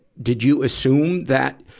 did you assume that,